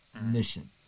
mission